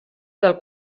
del